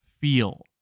feel